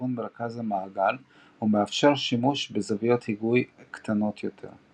בכוון מרכז המעגל ומאפשר שימוש בזוויות היגוי קטנות יותר.